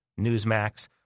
Newsmax